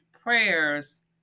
prayers